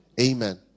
Amen